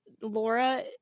laura